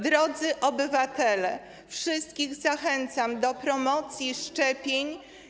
Drodzy obywatele, wszystkich zachęcam do promocji szczepień.